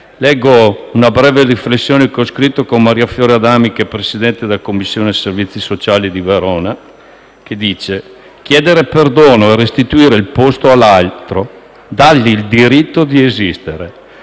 Leggo una breve riflessione, che ho scritto con Maria Fiore Adami, Presidente della Commissione servizi sociali di Verona, e che così recita: «Chiedere perdono è restituire il posto all'altro. Dargli il diritto di esistere».